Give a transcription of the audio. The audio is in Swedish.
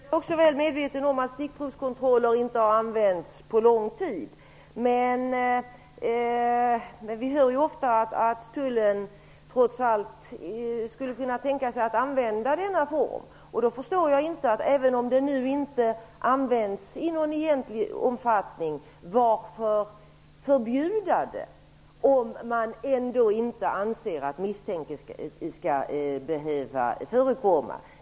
Fru talman! Också jag är mycket väl medveten om att stickprovskontroller inte har använts på lång tid, men vi hör ju ofta att tullen trots allt skulle kunna tänka sig att använda denna kontrollform. Jag förstår inte varför man - även om den nu inte används i någon egentlig omfattning - vill förbjuda den, om man inte anser att misstanke skall behöva förekomma.